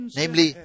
namely